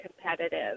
competitive